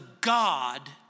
God